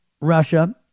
Russia